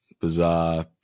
Bizarre